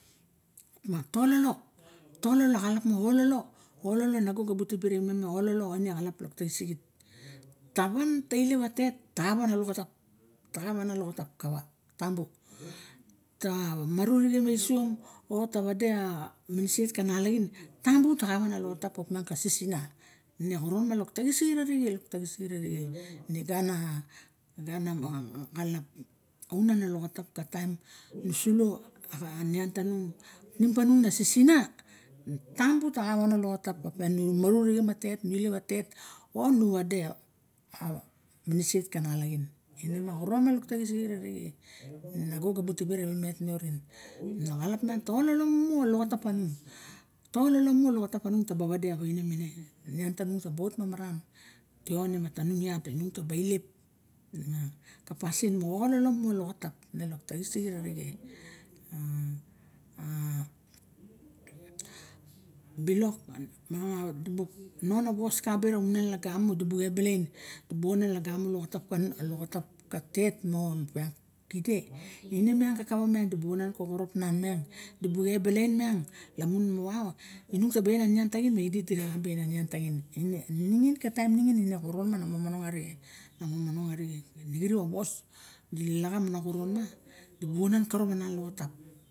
Opa ta ololo ine xalap moxa ololo ta ololo nago gabu ti ololo ne xalap lok taxisit tawan ta ilep tet ta xa wana loxotap taxa wan a loxotap kawa tambu tamaru arixem e ision o tawade a miniset kana nalaxin tabu ta wan a loxotap opa xa sisina in xoron ma lok taxisiit lok taxisixit are gana xalap unan a loxotap ka taim nu solo a nian tanung tiim panung na sisina tambu ta xa wan a loxotap o nu maru arixem a tet o nu ade a miniset ka nalaxin ine a a xeron ma lok taxisit arixe nago ga buk tibe rawimen orin naxalap miang ta ololo mu a loxotap paniung taba wade niang tanung taba marun te ione wa tarung iat inung taba ilep opiang ka pasim moxa ololo mu a loxotap ne dok taxisixit are bilok miang a non a wos kabe rawa unan lagamo xa loxotap ka twt mon opa ine niang dubu onan koxorop nan dibu abalain lamun mo wa inung taba en a niang taxin me idi dira xa ba en a nean taxin